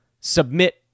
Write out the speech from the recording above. submit